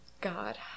God